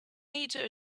meter